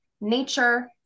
nature